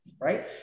Right